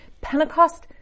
Pentecost